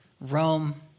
Rome